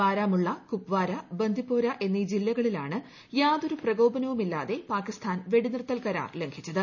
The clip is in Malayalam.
ബാരാമുള്ള കുപ്വാര ബന്ദിപോര എന്നീ ജില്ലകലിലാണ് യാതൊരു പ്രകോപന വുമില്ലാതെ പാകിസ്ഥാൻ വെടിനിർത്തൽ കരാർ ലംഘിച്ചത്